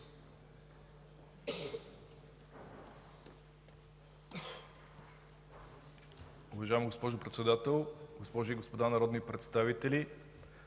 Уважаема госпожо Председател, госпожи и господа народни представители!